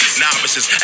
novices